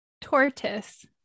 tortoise